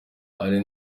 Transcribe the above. hari